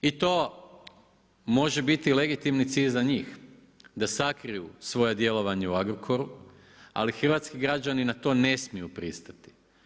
I to može biti legitimni cilj za njih da sakriju svoje djelovanje u Agrokoru ali hrvatski građani na to ne smiju pristati.